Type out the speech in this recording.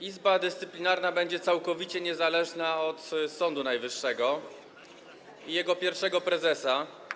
Izba Dyscyplinarna będzie całkowicie niezależna od Sądu Najwyższego i jego pierwszego prezesa.